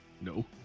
No